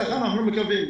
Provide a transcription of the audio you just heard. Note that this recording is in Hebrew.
ככה אנחנו מקווים,